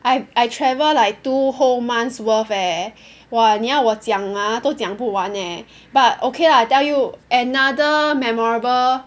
I I travel like two whole months' worth eh !wah! 你要我讲啊都讲不完 eh but okay lah I tell you another memorable